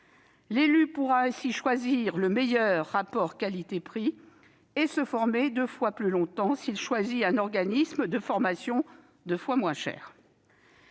L'élu pourra ainsi choisir le meilleur rapport qualité-prix et se former deux fois plus longtemps s'il choisit un organisme de formation deux fois moins cher.